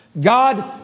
God